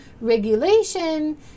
regulation